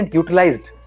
utilized